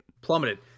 Plummeted